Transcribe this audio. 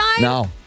No